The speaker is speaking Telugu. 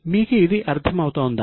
మీకు ఇది అర్థమవుతుందా